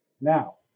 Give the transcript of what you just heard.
now